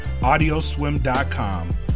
Audioswim.com